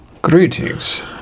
Greetings